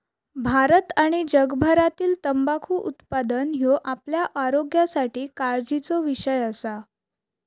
भारत आणि जगभरातील तंबाखू उत्पादन ह्यो आपल्या आरोग्यासाठी काळजीचो विषय असा